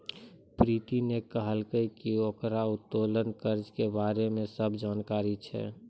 प्रीति ने कहलकै की ओकरा उत्तोलन कर्जा के बारे मे सब जानकारी छै